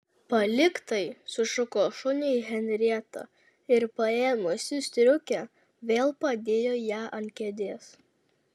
palik tai sušuko šuniui henrieta ir paėmusi striukę vėl padėjo ją ant kėdės